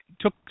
Took